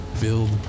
build